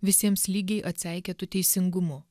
visiems lygiai atseikėtu teisingumu